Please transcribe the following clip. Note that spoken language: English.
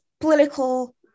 Political